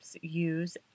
use